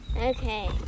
Okay